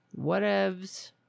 whatevs